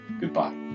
goodbye